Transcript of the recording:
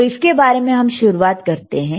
तो इसके बारे में हम शुरुआत करते हैं